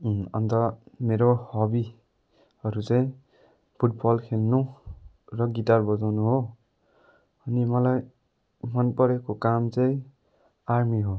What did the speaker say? अन्त मेरो हबीहरू चाहिँ फुटबल खेल्नु र गितार बजाउनु हो अनि मलाई मनपरेको काम चाहिँ आर्मी हो